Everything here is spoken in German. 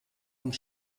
und